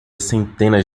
centenas